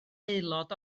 aelod